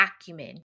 acumen